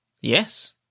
Yes